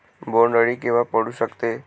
बोंड अळी केव्हा पडू शकते?